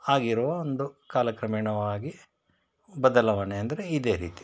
ಹಾಗಿರುವ ಒಂದು ಕಾಲಕ್ರಮೇಣವಾಗಿ ಬದಲಾವಣೆ ಅಂದರೆ ಇದೇ ರೀತಿ